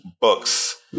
books